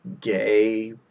gay